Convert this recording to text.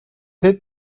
тэд